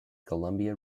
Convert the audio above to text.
columbia